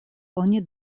oni